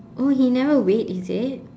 oh he never wait is it